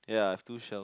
ya have two shell